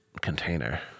container